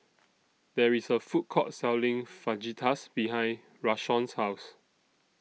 There IS A Food Court Selling Fajitas behind Rashawn's House